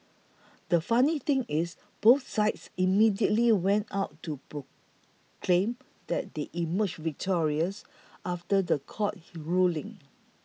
the funny thing is both sides immediately went out to proclaim that they emerged victorious after the court ruling